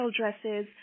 dresses